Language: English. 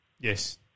Yes